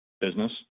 business